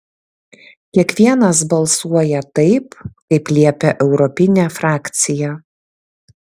kiekvienas balsuoja taip kaip liepia europinė frakcija